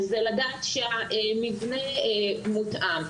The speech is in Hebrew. לדעת שהמבנה מותאם.